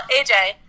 AJ